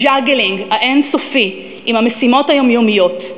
הג'אגלינג האין-סופי עם המשימות היומיומיות,